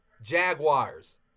Jaguars